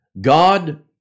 God